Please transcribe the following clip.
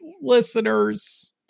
listeners